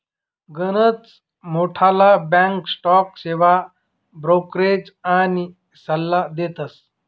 गनच मोठ्ठला बॅक स्टॉक सेवा ब्रोकरेज आनी सल्ला देतस